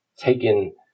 taken